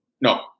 No